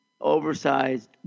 oversized